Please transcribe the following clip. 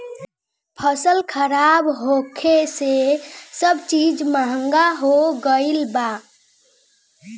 फसल खराब होखे से सब चीज महंगा हो गईल बा